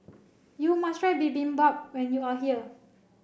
you must try Bibimbap when you are here